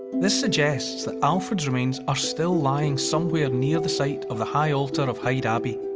this suggests that alfred's remains are still lying somewhere near the site of the high altar of hyde abbey,